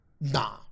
Nah